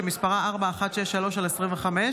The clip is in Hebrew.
שמספרה פ/4163/25,